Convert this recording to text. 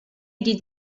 did